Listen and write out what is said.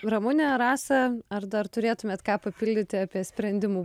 ramune rasa ar dar turėtumėt ką papildyti apie sprendimų